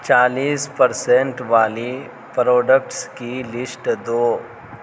چالیس percent والی products کی لسٹ دو